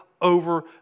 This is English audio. over